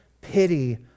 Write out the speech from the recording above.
pity